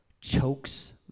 chokes